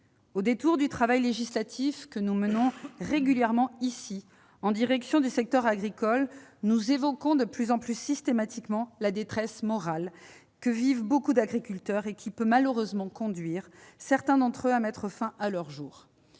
Au détour du travail législatif que nous menons régulièrement pour le secteur agricole, nous évoquons de plus en plus systématiquement la détresse morale que vivent beaucoup d'agriculteurs et qui peut malheureusement conduire certains d'entre eux à mettre fin à leurs jours.